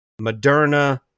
Moderna